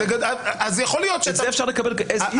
את זה אפשר לקבל אז איז?